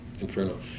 Inferno